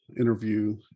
interview